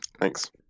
Thanks